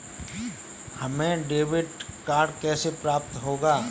हमें debit card कैसे प्राप्त होगा?